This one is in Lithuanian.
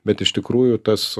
bet iš tikrųjų tas